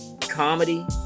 comedy